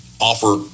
offer